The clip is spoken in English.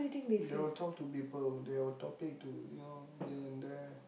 they will talk to people they will topic to you know here and there